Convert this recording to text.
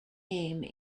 name